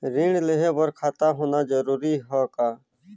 ऋण लेहे बर खाता होना जरूरी ह का?